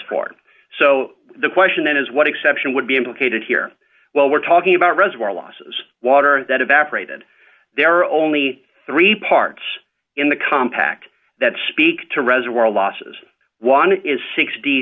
for so the question is what exception would be implicated here while we're talking about reservoir losses water that evaporated there are only three parts in the compact that speak to reservoir losses one is sixty